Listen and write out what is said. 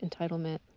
entitlement